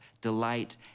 delight